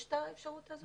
יש את האפשרות הזאת|?